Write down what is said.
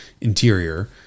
interior